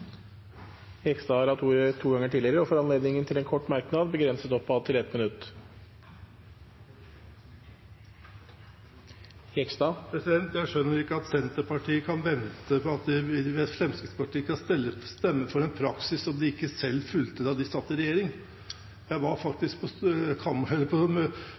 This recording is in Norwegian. Jegstad har hatt ordet to ganger tidligere og får ordet til en kort merknad, begrenset til 1 minutt. Jeg skjønner ikke at Senterpartiet venter at Fremskrittspartiet skal stemme for en praksis som de selv ikke fulgte da de satt i regjering. Jeg var faktisk hos tidligere statsråd Liv Signe Navarsete og prøvde å få aksept for at de skulle ta den overskridelsen som kom på